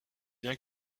bien